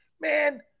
man